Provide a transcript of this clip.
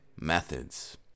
methods